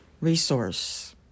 resource